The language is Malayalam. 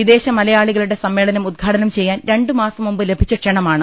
വിദേശ മല യാളികളുടെ സമ്മേളനം ഉദ്ഘാടനം ചെയ്യാൻ രണ്ട് മാസം മുമ്പ് ലഭിച്ച ക്ഷണമാണ്